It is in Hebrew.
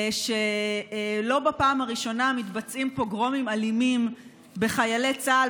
לא בפעם הראשונה מתבצעים פוגרומים אלימים בחיילי צה"ל,